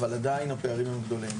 אבל עדיין הפערים הם גדולים.